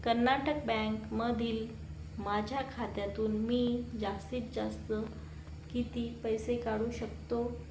कर्नाटक बँकमधील माझ्या खात्यातून मी जास्तीत जास्त किती पैसे काढू शकतो